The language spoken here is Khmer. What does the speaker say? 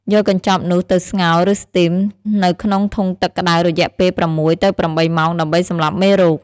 យកកញ្ចប់នោះទៅ ស្ងោរ ឬស្ទីម នៅក្នុងធុងទឹកក្តៅរយៈពេល ៦ ទៅ ៨ ម៉ោង ដើម្បីសម្លាប់មេរោគ។